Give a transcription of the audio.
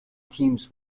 teams